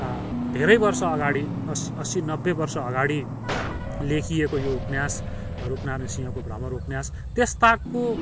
धेरै वर्ष अगाडि अस अस्सी नब्बे वर्ष अगाडि लेखिएको यो उपन्यास रूपनारायण सिंहको भ्रमर उपन्यास त्यसताकको